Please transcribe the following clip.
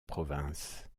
province